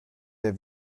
der